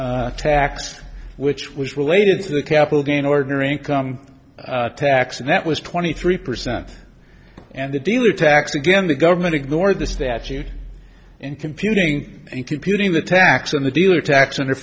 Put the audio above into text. or tax which was related to the capital gain ordinary income tax and that was twenty three percent and the dealer tax again the government ignored the statute in computing and computing the tax on the dealer tax